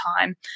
time